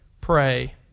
pray